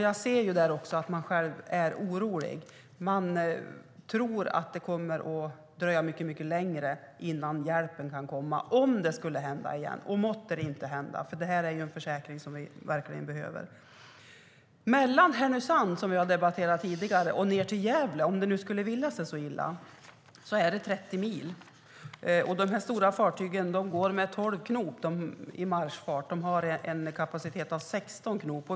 Jag ser att man är orolig och tror att det kommer att dröja mycket längre innan hjälpen kan komma, om det skulle hända igen. Måtte det inte hända, och det är en försäkring som vi verkligen behöver. Mellan Härnösand och Gävle är det 30 mil. De stora fartygen går med 12 knop i marschfart. De har en kapacitet på 16 knop.